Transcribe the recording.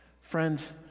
Friends